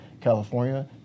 California